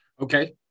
Okay